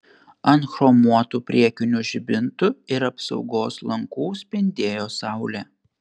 ant chromuotų priekinių žibintų ir apsaugos lankų spindėjo saulė